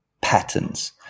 patterns